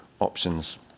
options